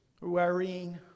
worrying